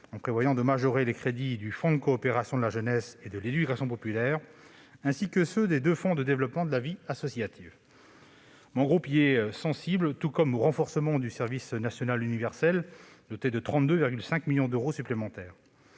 en prévoyant de majorer les crédits du Fonds de coopération de la jeunesse et de l'éducation populaire, ainsi que ceux des deux fonds de développement de la vie associative. Mon groupe y est sensible, de même qu'au renforcement du service national universel, doté de 32,5 millions d'euros supplémentaires.